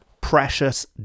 precious